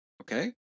Okay